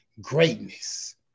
greatness